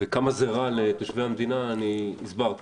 וכמה זה רע לתושבי המדינה אני הסברתי.